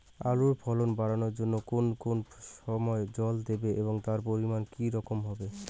আলুর ফলন বাড়ানোর জন্য কোন কোন সময় জল দেব এবং তার পরিমান কি রকম হবে?